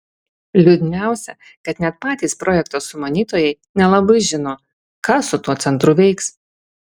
liūdniausia kad net patys projekto sumanytojai nelabai žino ką su tuo centru veiks